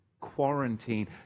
quarantine